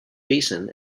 basin